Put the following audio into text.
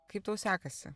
kaip tau sekasi